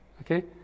Okay